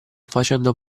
facendo